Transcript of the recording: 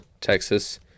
Texas